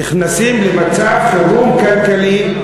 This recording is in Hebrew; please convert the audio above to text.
נכנסים למצב חירום כלכלי.